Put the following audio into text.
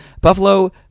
Buffalo